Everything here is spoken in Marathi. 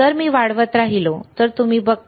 जर मी वाढवत राहिलो तर तुम्ही बघता